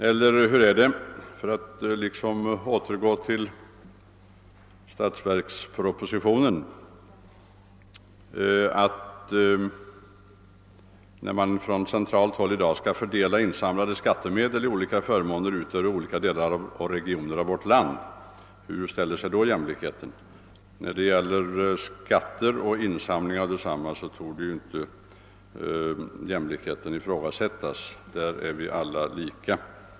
Eller hur är det — för att återgå till statsverkspropositionen — när man från centralt håll skall fördela insamlade skattemedel på olika förmåner ut över olika delar och regioner av vår. land? Hur ställer det sig då med jämlikheten? När det gäller skatterna kur jämlikheten inte ifrågasättas; då är vi alla lika.